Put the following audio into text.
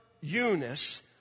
Eunice